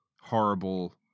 horrible